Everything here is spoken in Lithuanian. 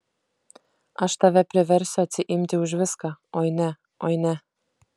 aš tave priversiu atsiimti už viską oi ne oi ne